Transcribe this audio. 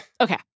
okay